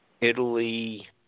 Italy